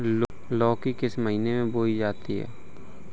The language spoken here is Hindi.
लौकी किस महीने में बोई जाती है?